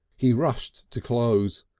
he rushed to close,